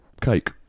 cake